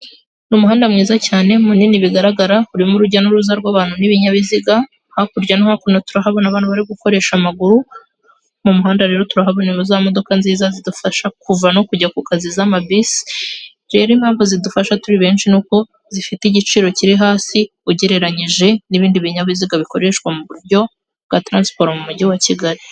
Ni umuhanda mwiza cyane munini bigaragara, urimo urujya n'uruza rw'abantu n'ibinyabiziga, hakurya no hakuno turahabona abantu bari gukoresha amaguru, mu muhanda rero turahabone za modoka nziza zidufasha kuva no kujya ku kazi z'amabisi, rero impamvu zidufasha turi benshi ni uko zifite igiciro kiri hasi, ugereranyije n'ibindi binyabiziga bikoreshwa mu buryo bwa taransiporo mu mujyi wa Kigali.